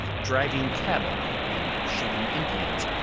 driving cattle and shooting indians,